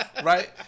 right